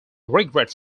regret